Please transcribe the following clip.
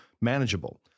manageable